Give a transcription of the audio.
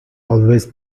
always